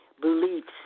Beliefs